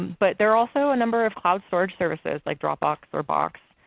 but there are also a number of cloud storage services like dropbox or box.